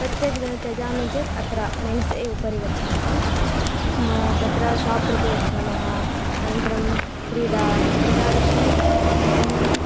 तत्त्यज त्यजामि चेत् अत्र मेण्से उपरि गच्छामः तत्र शोप् प्रति गच्छामः अनन्तरं क्रीडा एतादृशं सर्वं